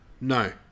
no